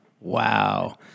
Wow